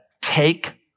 take